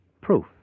Proof